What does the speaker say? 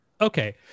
Okay